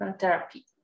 therapy